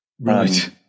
Right